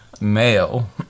male